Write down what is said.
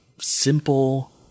simple